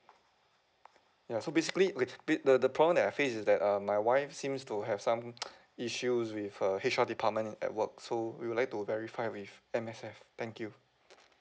ya so basically okay the the problem that I face is that uh my wife seems to have some issues with her H_R department at work so we will like to verify with M_S_F thank you